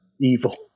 evil